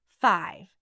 five